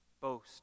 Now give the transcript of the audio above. Boast